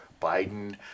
Biden